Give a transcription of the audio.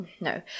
no